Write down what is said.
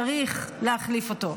צריך להחליף אותו.